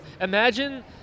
Imagine